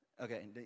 Okay